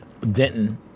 Denton